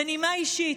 בנימה אישית,